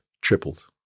tripled